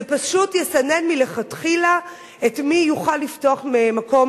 זה פשוט יסנן מלכתחילה את מי שיוכל לפתוח מקום